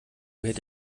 hätte